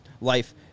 life